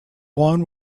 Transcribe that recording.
one